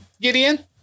Gideon